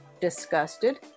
disgusted